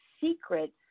secrets